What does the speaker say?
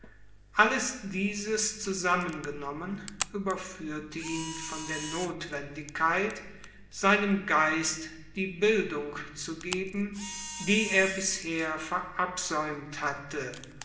alles dieses zusammengenommen überführte ihn von der notwendigkeit seinem geist die bildung zu geben die er bisher verabsäumt hatte